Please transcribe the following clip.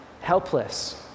helpless